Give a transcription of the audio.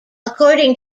according